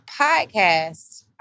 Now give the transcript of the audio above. podcast